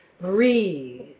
breathe